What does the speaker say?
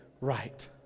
right